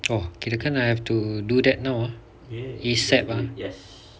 !wah! I have to do that now ah ASAP ah